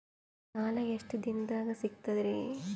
ಸಾಲಾ ಎಷ್ಟ ದಿಂನದಾಗ ಸಿಗ್ತದ್ರಿ?